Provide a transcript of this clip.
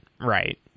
right